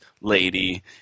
Lady